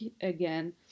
again